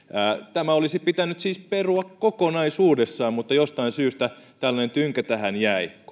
tämä olisi pitänyt siis perua kokonaisuudessaan mutta jostain syystä tällainen tynkä tähän jäi